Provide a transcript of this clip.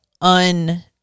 un